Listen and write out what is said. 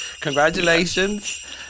Congratulations